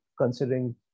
considering